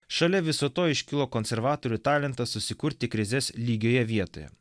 šalia viso to iškilo konservatorių talentas susikurti krizes lygioje vietoje